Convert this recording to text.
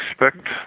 expect